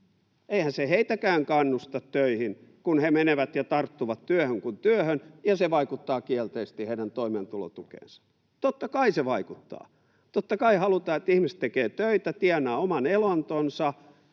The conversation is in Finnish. Eihän se heitäkään kannusta töihin, kun he menevät ja tarttuvat työhön kuin työhön ja se vaikuttaa kielteisesti heidän toimeentulotukeensa. Totta kai se vaikuttaa, totta kai halutaan, että ihmiset tekevät töitä, tienaavat oman elantonsa,